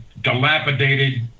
dilapidated